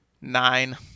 nine